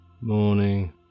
Morning